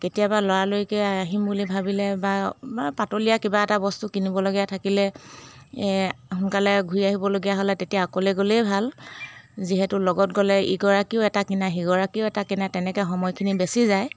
কেতিয়াবা লৰালৰিকৈ আহিম বুলি ভাবিলে বা বা পাতলীয়া কিবা এটা বস্তু কিনিবলগীয়া থাকিলে সোনকালে ঘূৰি আহিবলগীয়া হ'লে তেতিয়া অকলে গ'লেই ভাল যিহেতু লগত গ'লে ইগৰাকীও এটা কিনা সিগৰাকীও এটা কিনা তেনেকৈ সময়খিনি বেছি যায়